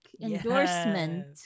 endorsement